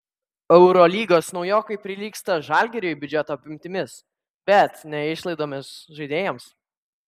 eurolygos naujokai prilygsta žalgiriui biudžeto apimtimis bet ne išlaidomis žaidėjams